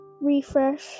refresh